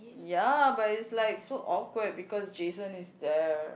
ya but it's like so awkward because Jason is there